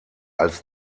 als